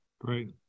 Great